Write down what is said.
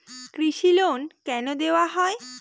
কৃষি লোন কেন দেওয়া হয়?